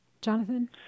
Jonathan